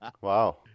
Wow